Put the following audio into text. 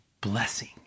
blessing